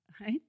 right